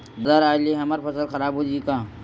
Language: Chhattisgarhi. बादर आय ले हमर फसल ह खराब हो जाहि का?